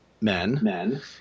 men